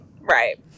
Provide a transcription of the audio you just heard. right